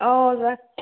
औ जा